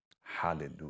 Hallelujah